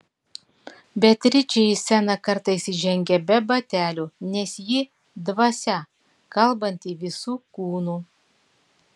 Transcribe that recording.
beatričė į sceną kartais įžengia be batelių nes ji dvasia kalbanti visu kūnu